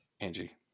Angie